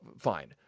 fine